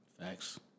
Facts